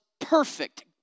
perfect